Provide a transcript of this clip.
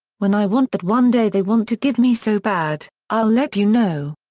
when i want that one day they want to give me so bad, i'll let you know.